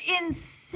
insane